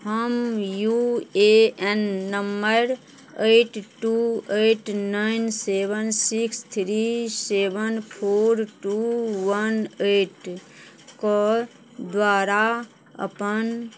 हम U A N number eight two eight nine seven six three seven four two one eight के द्वारा अपन